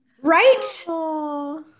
Right